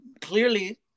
clearly